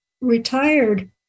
retired